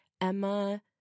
Emma